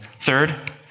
Third